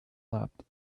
leapt